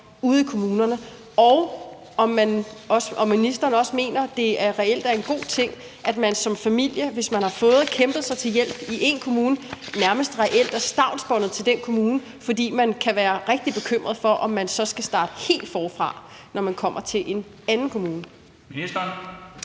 ude i kommunerne, og om ministeren også mener, at det reelt er en god ting, at man som familie, hvis man har fået og kæmpet sig til hjælp i én kommune, nærmest reelt er stavnsbundet til den kommune, fordi man kan være rigtig bekymret for, om man så skal starte helt forfra, når man kommer til en anden kommune. Kl.